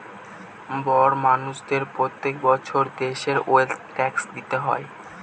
বড় মানষদের প্রত্যেক বছর দেশের ওয়েলথ ট্যাক্স দিতে হয়